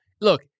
Look